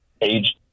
age